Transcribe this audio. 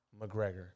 McGregor